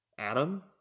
Adam